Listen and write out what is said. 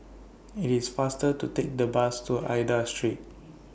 IT IS faster to Take The Bus to Aida Street